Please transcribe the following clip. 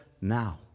Now